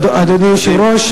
אדוני היושב-ראש,